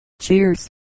Cheers